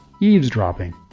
eavesdropping